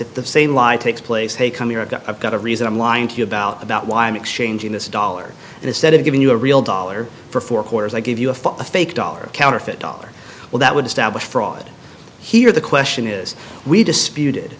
that the same lie takes place hey come you're a guy i've got a reason i'm lying to you about about why i'm exchanging this dollar and instead of giving you a real dollar for four quarters i give you a fake dollar counterfeit dollar well that would establish fraud here the question is we disputed